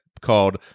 called